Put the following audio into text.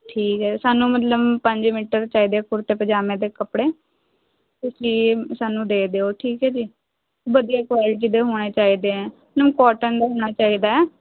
ਠੀਕ ਐ ਸਾਨੂੰ ਮਤਲਬ ਪੰਜ ਮੀਟਰ ਚਾਹੀਦੇ ਹੈ ਕੁੜਤੇ ਪਜਾਮੇ ਦੇ ਕੱਪੜੇ ਤੁਸੀਂ ਸਾਨੂੰ ਦੇ ਦਿਓ ਠੀਕ ਹੈ ਜੀ ਵਧੀਆ ਕੁਆਲਟੀ ਦੇ ਹੋਣੇ ਚਾਹੀਦੇ ਹੈ ਮਤਲਬ ਕੋਟਨ ਦਾ ਹੋਣਾ ਚਾਹੀਦਾ ਹੈ